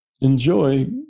enjoy